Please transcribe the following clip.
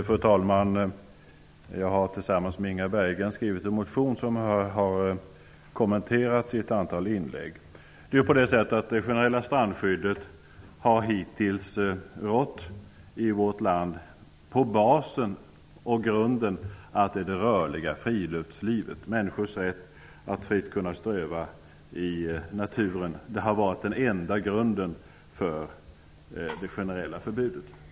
Fru talman! Jag har tillsammans med Inga Berggren väckt en motion som har kommenterats i ett antal inlägg. Det generella strandskyddet har hittills rått i vårt land grundat på att man skall värna det rörliga friluftslivet, människors rätt att fritt kunna ströva i naturen. Det har varit den enda grunden för det generella förbudet.